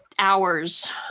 hours